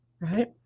right